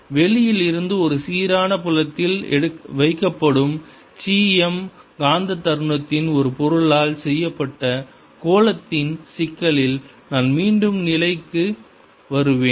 வெளியில் இருந்து ஒரு சீரான புலத்தில் வைக்கப்படும் சி m காந்த தருணத்தின் ஒரு பொருளால் செய்யப்பட்ட கோளத்தின் சிக்கலில் நான் மீண்டும் நிலைக்கு வருவேன்